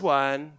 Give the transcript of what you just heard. one